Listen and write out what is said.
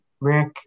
Rick